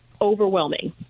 overwhelming